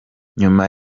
nyuma